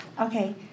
Okay